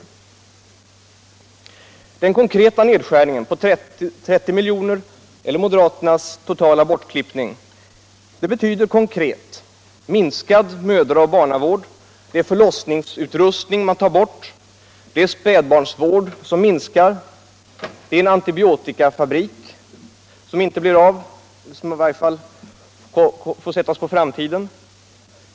Internationellt utvecklingssämar Nedskärningen med 30 miljoner eller moderaternas totala bortklippning "av biståndet betyder konkret minskad mödra och barnavård. Det är för lossningsutrustning som man tar bort. Det är spädbarnsvård som minskar. Det är en antibiotikafabrik som inte blir av eller som i varje fall får ställas på framtiden.